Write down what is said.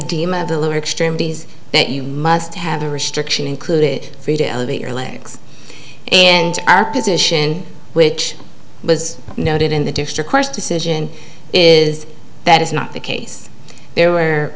team of the lower extremities that you must have a restriction included free to elevate your legs and our position which was noted in the district quest decision is that is not the case there were